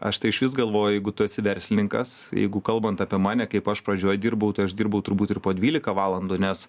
aš tai išvis galvoju jeigu tu esi verslininkas jeigu kalbant apie mane kaip aš pradžioj dirbau aš dirbau turbūt ir po dvyliką valandų nes